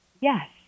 Yes